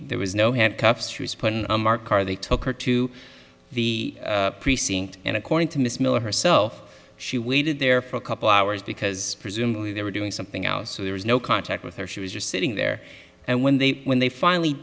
there was no handcuffs she was put in a marker they took her to the precinct and according to miss miller herself she waited there for a couple hours because presumably they were doing something else so there was no contact with her she was just sitting there and when they when they finally